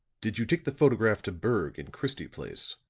did you take the photograph to berg in christie place?